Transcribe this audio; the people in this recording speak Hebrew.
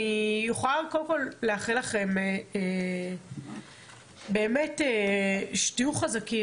אני רוצה קודם כל לאחל לכם באמת שתהיו חזקים.